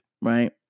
right